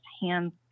hands